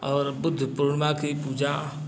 और बुद्ध पूर्णिमा की पूजा